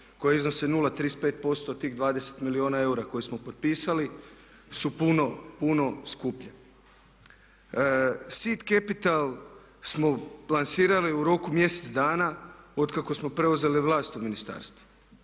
koji iznosi 0,35% od tih 20 milijuna eura koje smo potpisali su puno, puno skuplje. SID Capital smo plasirali u roku mjesec dana otkako smo preuzeli vlast u ministarstvu